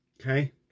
okay